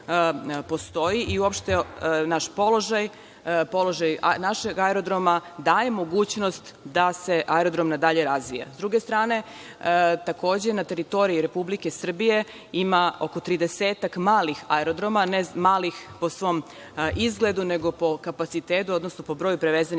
i uopšte naš položaj, položaj našeg aerodroma daje mogućnost da se aerodrom dalje razvija. Sa druge strane, takođe, na teritoriji Republike Srbije ima oko 30-ak malih aerodroma. Ne malih po svom izgledu, nego po kapacitetu, odnosno broju prevezenih